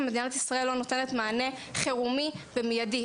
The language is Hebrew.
ומדינת ישראל לא נותנת מענה חירום מיידי.